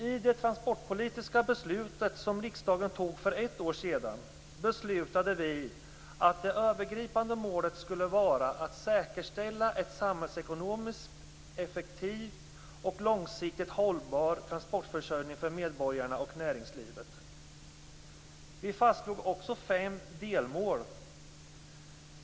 I det transportpolitiska beslut som riksdagen tog för ett år sedan beslutade vi att det övergripande målet skulle vara att säkerställa en samhällsekonomiskt effektiv och långsiktigt hållbar transportförsörjning för medborgarna och näringslivet. Vi fastslog också fem delmål.